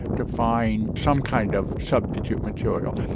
to find some kind of substitute material,